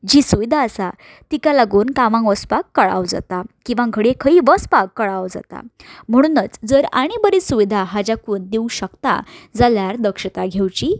जी सुविधा आसा तिका लागून कामांक वसपाक कळाव जाता किंवां घडये खंयी वसपाक कळाव जाता म्हणुनूच जर आणी बरी सुविधा हाज्या कून दिवं शकता जाल्यार दक्षताय घेवची